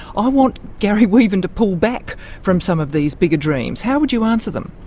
i want garry weaven to pull back from some of these bigger dreams. how would you answer them?